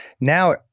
now